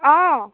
অঁ